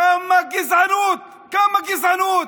כמה גזענות, כמה גזענות,